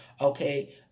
okay